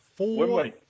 Four